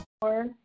Four